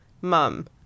mum